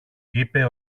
είπε